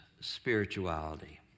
spirituality